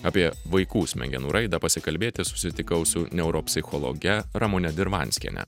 apie vaikų smegenų raidą pasikalbėti susitikau su neuropsichologe ramune dirvanskiene